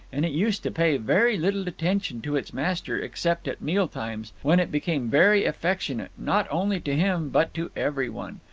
and it used to pay very little attention to its master, except at meal times, when it became very affectionate, not only to him, but to every one.